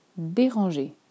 Déranger